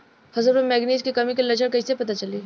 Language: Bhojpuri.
फसल पर मैगनीज के कमी के लक्षण कईसे पता चली?